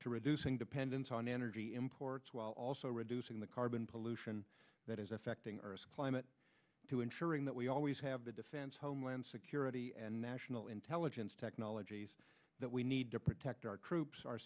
to reducing dependence on energy imports while also reducing the carbon pollution that is affecting earth's climate to ensuring that we always have the defense homeland security and national intelligence technologies that we need to protect our troops